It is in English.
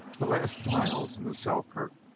the last miles into selkirk,